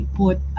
put